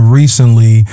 recently